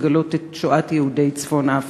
לגלות את שואת יהודי צפון-אפריקה,